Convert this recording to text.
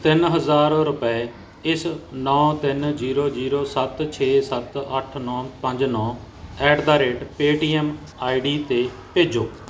ਤਿੰਨ ਹਜ਼ਾਰ ਰੁਪਏ ਇਸ ਨੌਂ ਤਿੰਨ ਜ਼ੀਰੋ ਜ਼ੀਰੋ ਸੱਤ ਛੇ ਸੱਤ ਅੱਠ ਨੌਂ ਪੰਜ ਨੌਂ at the rate Paytm ID 'ਤੇ ਭੇਜੋਂ